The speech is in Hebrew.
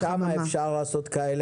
אה, שם אפשר לעשות כאלה דברים.